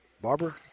Barber